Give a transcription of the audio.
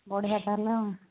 ବଢ଼ିଆ ତା'ହାଲେ ଆଉ